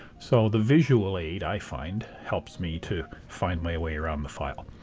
so the visual aid, i find, helps me to find my way around the file.